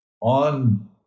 on